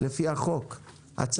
לפי הצו הזה.